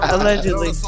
Allegedly